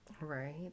Right